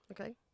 Okay